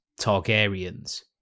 Targaryens